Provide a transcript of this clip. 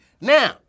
Now